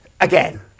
again